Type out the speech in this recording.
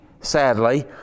sadly